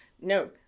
no